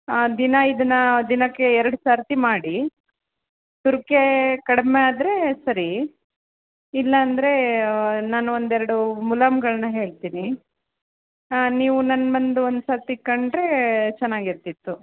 ಹಾಂ ದಿನ ಇದನ್ನ ದಿನಕ್ಕೆ ಎರಡು ಸರ್ತಿ ಮಾಡಿ ತುರಿಕೆ ಕಡಿಮೆಯಾದರೆ ಸರಿ ಇಲ್ಲ ಅಂದರೆ ನಾನು ಒಂದೆರಡು ಮುಲಾಮ್ಗಳನ್ನ ಹೇಳ್ತೀನಿ ನೀವು ನನ್ನ ಬಂದು ಒಂದು ಸರ್ತಿ ಕಂಡರೆ ಚೆನಾಗಿರ್ತಿತ್ತು